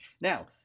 Now